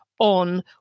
on